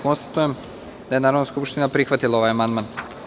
Konstatujem da je Narodna skupština prihvatila ovaj amandman.